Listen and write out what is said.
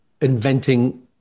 inventing